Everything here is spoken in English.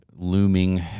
looming